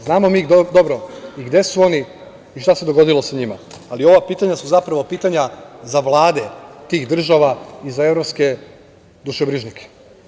Znamo mi dobro i gde su oni i šta se dogodilo sa njima ali ova pitanja su zapravo pitanja za vlade tih države i za evropske dušebrižnike.